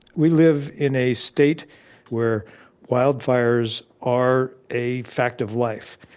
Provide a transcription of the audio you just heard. we live in a state where wildfires are a fact of life.